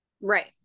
Right